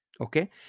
Okay